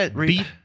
beat